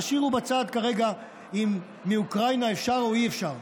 תשאירו בצד כרגע אם מאוקראינה אפשר או אי-אפשר,